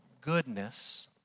goodness